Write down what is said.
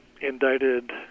indicted